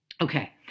Okay